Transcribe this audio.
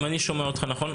אם אני מבין נכון,